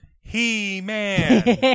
He-Man